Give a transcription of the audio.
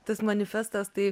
tas manifestas tai